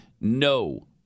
no